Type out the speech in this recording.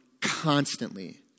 constantly